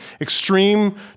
extreme